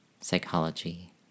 psychology